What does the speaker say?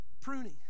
pruning